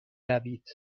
روید